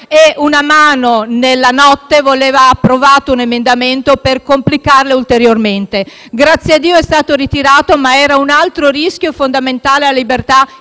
una mano, nella notte, voleva approvato un emendamento per complicarle ulteriormente. Grazie a Dio l'emendamento è stato ritirato, ma era un altro rischio per la libertà